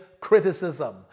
criticism